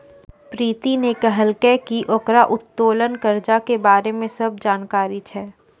प्रीति ने कहलकै की ओकरा उत्तोलन कर्जा के बारे मे सब जानकारी छै